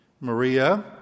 Maria